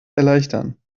erleichtern